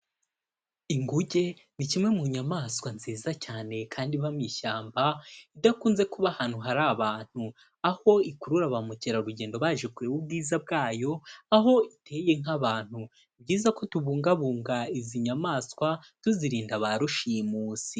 Inguge ni kimwe mu nyamaswa nziza cyane kandi iba mu ishyamba idakunze kuba ahantu hari abantu, aho ikurura ba mukerarugendo baje kureba ubwiza bwayo, aho iteye nk'abantu, ni byiza ko tubungabunga izi nyamaswa tuzirinda ba rushimusi.